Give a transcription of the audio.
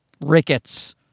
rickets